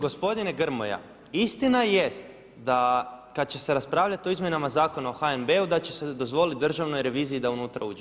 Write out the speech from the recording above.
Gospodine Grmoja, istina jest kada će se raspravljati o Izmjenama zakona o HNB-u da će se dozvoliti državnoj reviziji da unutra uđe.